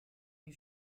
les